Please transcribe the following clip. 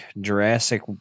Jurassic